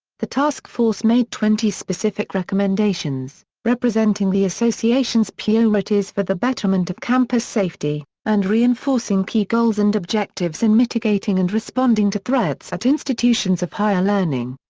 the task force made twenty specific recommendations, representing the association's piorities for the betterment of campus safety and reinforcing key goals and objectives in mitigating and responding to threats at institutions of higher learning.